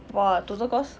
!wah! total cost